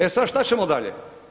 E sad, što ćemo dalje?